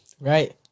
Right